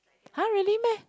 !huh! really meh